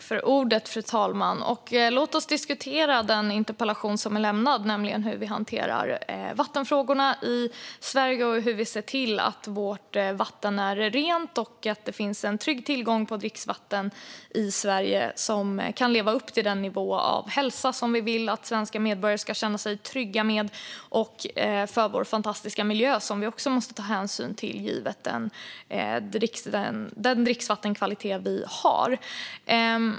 Fru talman! Låt oss diskutera den interpellation som är lämnad, nämligen hur vi hanterar vattenfrågorna i Sverige och hur vi ser till att vårt vatten är rent och att det i Sverige finns en trygg tillgång på dricksvatten som kan leva upp till den nivå av hälsa som vi vill att svenska medborgare ska kunna känna sig trygga med. Vi har också vår fantastiska miljö som vi måste ta hänsyn till, givet den dricksvattenkvalitet vi har.